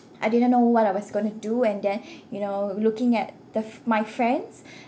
I didn't know what I was gonna do and then you know looking at the f~ my friends